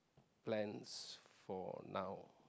plans for now